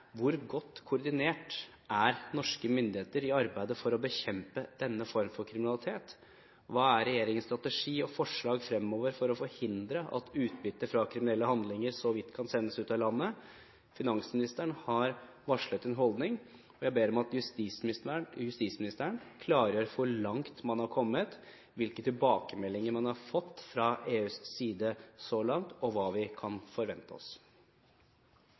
Hvor godt koordinert er norske myndigheter i arbeidet for å bekjempe denne form for kriminalitet? Hva er regjeringens strategi og forslag fremover for å forhindre at utbytte fra kriminelle handlinger så vidt lett kan sendes ut av landet? Finansministeren har varslet en holdning, og jeg ber om at justisministeren klargjør hvor langt man har kommet, hvilke tilbakemeldinger man har fått fra EUs side så langt, og hva vi kan forvente oss.